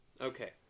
Okay